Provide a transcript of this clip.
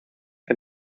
que